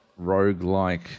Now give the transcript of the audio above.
roguelike